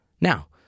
Now